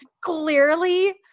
clearly